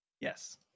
Yes